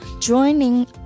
Joining